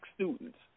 students